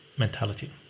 mentality